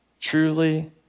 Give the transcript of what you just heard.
truly